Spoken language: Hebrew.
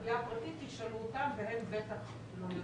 תשאלו אותם" והם בטח לא יודעים.